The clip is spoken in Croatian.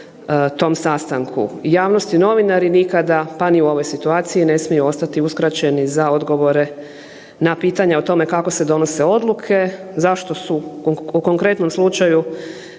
tom sastanku. Javnost i novinari nikada pa ni u ovoj situaciji ne smiju ostati uskraćeni za odgovore na pitanja o tome kako se donose odluke, zašto su o konkretnom slučaju